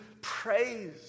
praise